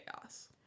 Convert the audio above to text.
chaos